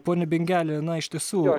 pone bingeli na iš tiesų